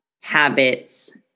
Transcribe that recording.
habits